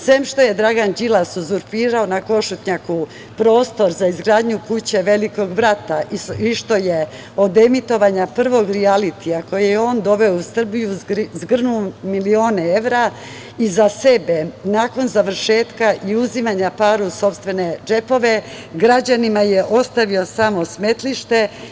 Sem što je Dragan Đilas uzurpirao na Košutnjaku prostor za izgradnju kuće Velikog brata, i što je od emitovanja prvog rijalitija, koje je on doveo u Srbiju i zgrnuo milione evra, i za sebe nakon završetka i uzimanja para u sopstvene džepove, građanima je ostavio samo smetlište.